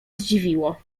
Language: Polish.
zdziwiło